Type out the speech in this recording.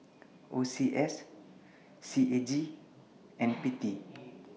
O C S C A G and P T